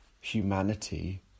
humanity